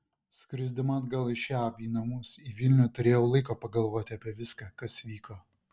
skrisdama atgal iš jav į namus į vilnių turėjau laiko pagalvoti apie viską kas vyko